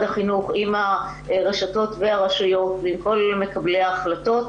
החינוך עם הרשתות והרשויות ועם כל מקבלי ההחלטות,